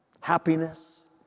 happiness